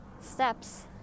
steps